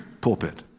pulpit